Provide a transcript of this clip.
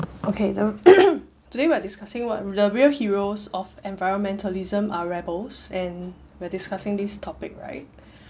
okay now today we're discussing what the real heroes of environmentalism are rebels and we're discussing this topic right